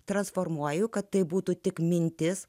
transformuoju kad tai būtų tik mintis